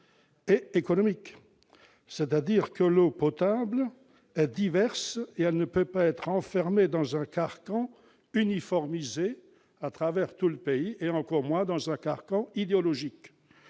et économique. L'eau potable est diverse et elle ne peut pas être enfermée dans un carcan uniformisé pour tout le pays, et encore moins dans un carcan idéologique.